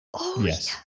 Yes